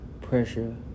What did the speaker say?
pressure